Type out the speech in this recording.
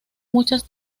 muchas